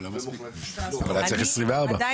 אבל לא מספיק, היה צריך 24 מחלקות.